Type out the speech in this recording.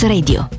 Radio